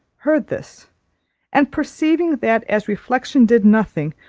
heard this and perceiving that as reflection did nothing,